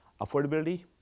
affordability